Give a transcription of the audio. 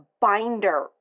binder